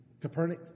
Copernic